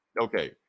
Okay